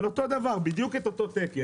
אל אותו דבר, בדיוק אל אותו תקן,